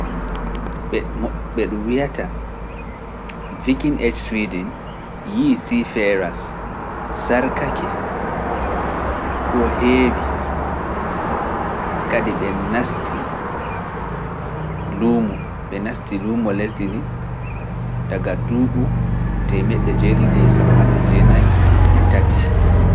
Ɓe wi’ata vikin’e e Suidin yi’i Sifaras sarkake ko heewi kadi ɓe naasti luumo lesdi ndi ndi daga duuɓu ngu baawo.